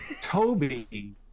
Toby